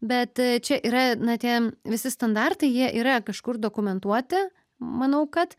bet čia yra na tie visi standartai jie yra kažkur dokumentuoti manau kad